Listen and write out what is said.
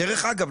דרך אגב,